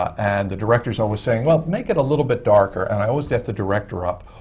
and the director's always saying, well, make it a little bit darker. and i always get the director up,